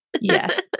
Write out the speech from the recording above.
yes